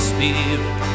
Spirit